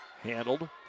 Handled